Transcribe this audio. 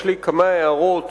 יש לי כמה הערות